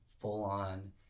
full-on